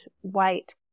white